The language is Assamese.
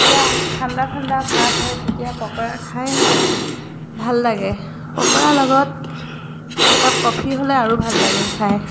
যেতিয়া ঠাণ্ডা ঠাণ্ডা ভাৱ হয় তেতিয়া পকৰা খাই ভাল লাগে পকৰা লগত একাপ কফি হ'লে আৰু ভাল লাগে খাই